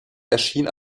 erschien